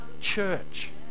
church